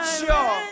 sure